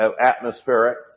atmospheric